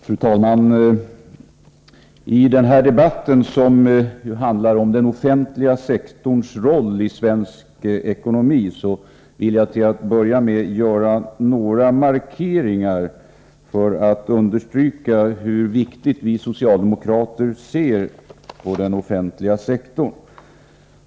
Fru talman! I den här debatten, som handlar om den offentliga sektorns roll i svensk ekonomi, skall jag till att börja med göra några markeringar för att understryka hur viktig vi socialdemokrater anser den offentliga sektorn vara.